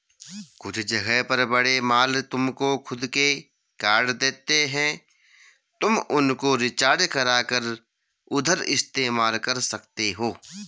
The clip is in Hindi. कुछ जगह पर बड़े मॉल तुमको खुद के कार्ड देते हैं तुम उनको रिचार्ज करा कर उधर इस्तेमाल कर सकते हो